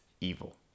evil